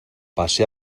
pasé